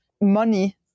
money